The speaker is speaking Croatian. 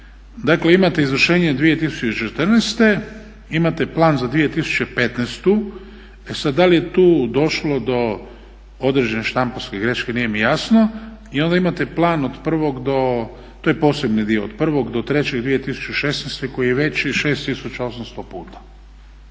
Dakle, imate izvršenje 2014. i imate plan za 2015. E sad da li je tu došlo do određene štamparske greške? Nije mi jasno? I onda imate plan od 1., to je posebni dio, od 1. do 3.2016. koji je veći 6800 puta.